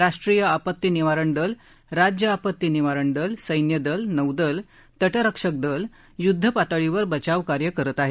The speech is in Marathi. राष्ट्रीय आपती निवारण दल राज्य आपती निवारण दल सैन्यदल नौदल तटरक्षकदल यूद्धपातळीवर बचावकार्य करत आहेत